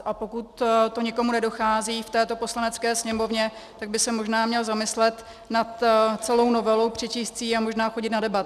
A pokud to někomu nedochází v této Poslanecké sněmovně, tak by se možná měl zamyslet nad celou novelou, přečíst si ji a možná chodit na debaty.